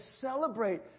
celebrate